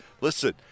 listen